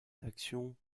d’action